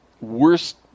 worst